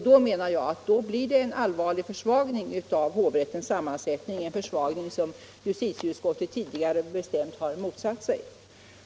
Då menar jag att det blir en allvarlig försvagning av hovrättens sammansättning — en försvagning som justitieutskottet tidigare bestämt har motsatt sig.